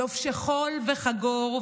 // לובשי חול וחגור,